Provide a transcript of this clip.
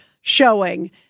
showing